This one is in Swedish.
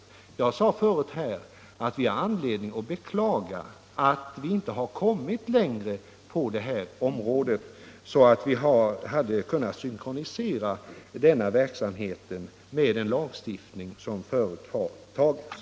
Jag sade tidigare att vi har anledning att beklaga att vi inte kommit så långt på detta område att vi kunnat synkronisera denna verksamhet med den lagstiftning som tidigare antagits.